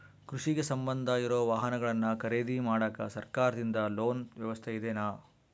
ಕೃಷಿಗೆ ಸಂಬಂಧ ಇರೊ ವಾಹನಗಳನ್ನು ಖರೇದಿ ಮಾಡಾಕ ಸರಕಾರದಿಂದ ಲೋನ್ ವ್ಯವಸ್ಥೆ ಇದೆನಾ?